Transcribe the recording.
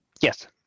yes